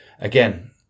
again